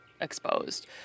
exposed